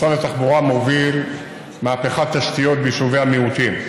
משרד התחבורה מוביל מהפכת תשתיות ביישובי המיעוטים.